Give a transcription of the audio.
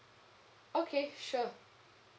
okay sure